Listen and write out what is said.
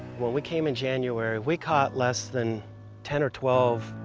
when we came in january we caught less than ten or twelve